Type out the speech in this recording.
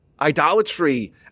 idolatry